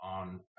on